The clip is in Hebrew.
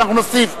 אנחנו נוסיף,